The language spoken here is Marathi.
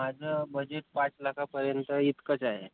माझं बजेट पाच लाखापर्यंत इतकंच आहे